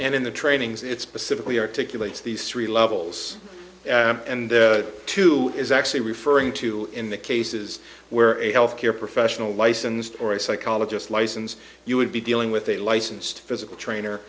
and in the training is it specifically articulated these three levels and two is actually referring to in the cases where a health care professional licensed or a psychologist license you would be dealing with a licensed physical trainer